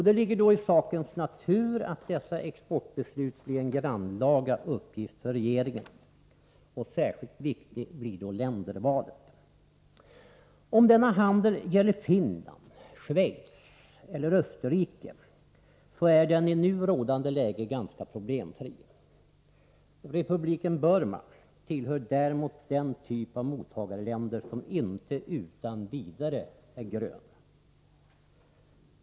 Det ligger då i sakens natur att dessa exportbeslut blir en grannlaga uppgift för regeringen. Särskilt viktigt blir ländervalet. Om denna handel gäller Finland, Schweiz eller Österrike så är den i nu rådande läge ganska problemfri. Republiken Burma tillhör däremot den typ av mottagarländer som inte utan vidare är ”grön”.